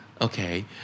Okay